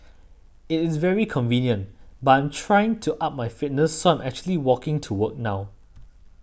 it is very convenient but I'm trying to up my fitness so I'm actually walking to work now